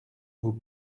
vous